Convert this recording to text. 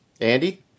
Andy